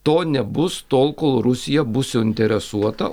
to nebus tol kol rusija bus suinteresuota